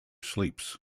sleeps